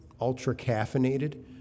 ultra-caffeinated